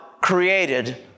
created